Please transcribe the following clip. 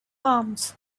arms